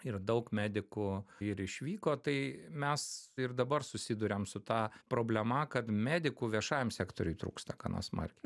ir daug medikų ir išvyko tai mes ir dabar susiduriam su ta problema kad medikų viešajam sektoriui trūksta gana smarkiai